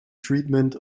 treatment